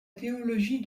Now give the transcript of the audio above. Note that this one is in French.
théologie